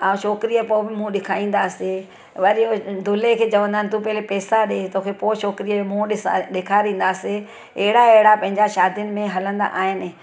छोकिरी जो पो बि मुंहुं ॾेखारींदासीं वरी दुल्हे खे चवंदा आहिनि तूं पहिरियों पैसा ॾिए तोखे पो छोकरीअ जो मुंहुं ॾेसा ॾेखारींदासीं अहिड़ा अहिड़ा पंहिंजा शादियुनि में हलंदा आहिनि